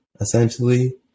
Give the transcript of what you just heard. essentially